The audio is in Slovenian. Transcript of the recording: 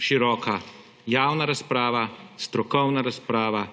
široka javna razprava, strokovna razprava,